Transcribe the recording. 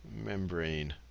Membrane